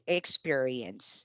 experience